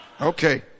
okay